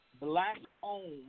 black-owned